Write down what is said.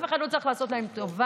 אף אחד לא צריך לעשות להם טובה,